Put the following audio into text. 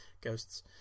ghosts